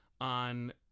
on